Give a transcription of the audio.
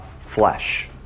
flesh